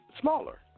smaller